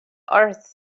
earth